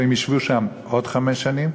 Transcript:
הם יֵשבו עוד חמש שנים,